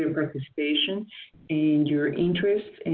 participation and your interest